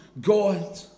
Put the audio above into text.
God